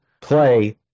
play